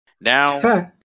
Now